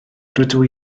rydw